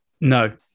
no